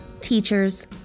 teachers